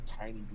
tiny